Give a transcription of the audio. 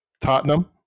Tottenham